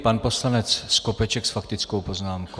Pan poslanec Skopeček s faktickou poznámkou.